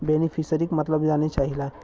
बेनिफिसरीक मतलब जाने चाहीला?